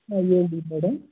ಹಾಂ ಹೇಳಿ ಮೇಡಮ್